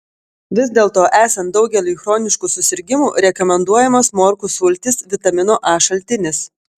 vis dėlto esant daugeliui chroniškų susirgimų rekomenduojamos morkų sultys vitamino a šaltinis